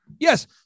Yes